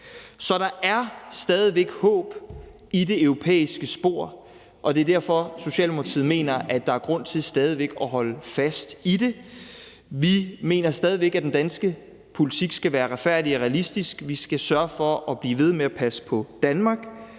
Så der er stadig væk håb i det europæiske spor, og det er derfor, at Socialdemokratiet mener, at der er grund til stadig væk at holde fast i det. Vi mener stadig væk, at den danske politik skal være retfærdig og realistisk. Vi skal sørge for at blive ved med at passe på Danmark,